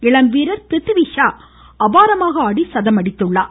இளம் வீரர்ப்ரித்விஷா அபாரமாக ஆடி சதம் அடித்துள்ளார்